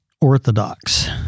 orthodox—